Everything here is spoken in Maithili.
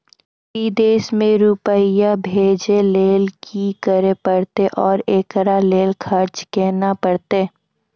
विदेश मे रुपिया भेजैय लेल कि करे परतै और एकरा लेल खर्च केना परतै?